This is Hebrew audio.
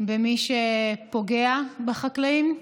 במי שפוגע בחקלאים.